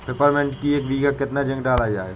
Peppermint की एक बीघा कितना जिंक डाला जाए?